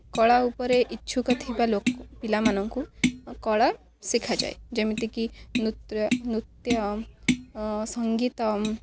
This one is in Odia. କଳା ଉପରେ ଇଚ୍ଛୁକ ଥିବା ଲୋକ ପିଲାମାନଙ୍କୁ କଳା ଶିଖାଯାଏ ଯେମିତିକି ନୃତ୍ୟ ସଙ୍ଗୀତ